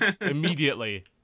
Immediately